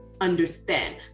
understand